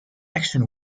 action